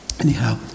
Anyhow